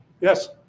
Yes